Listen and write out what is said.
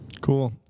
Cool